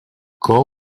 call